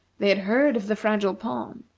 they had heard of the fragile palm,